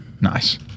Nice